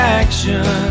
action